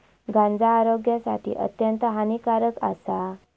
गांजा आरोग्यासाठी अत्यंत हानिकारक आसा